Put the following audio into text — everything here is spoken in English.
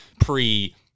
pre-